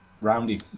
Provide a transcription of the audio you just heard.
roundy